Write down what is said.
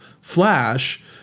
flash